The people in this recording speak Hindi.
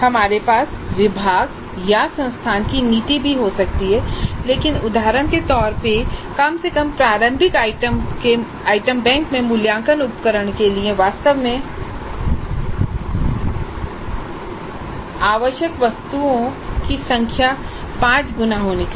हमारे पास विभाग या संस्थान की नीति भी हो सकती है लेकिन उदहारण के तौर पे कम से कम प्रारंभिक आइटम बैंक में मूल्यांकन उपकरण के लिए वास्तव में आवश्यक वस्तुओं की संख्या पांच गुना होनी चाहिए